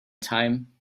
time